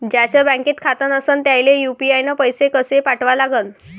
ज्याचं बँकेत खातं नसणं त्याईले यू.पी.आय न पैसे कसे पाठवा लागन?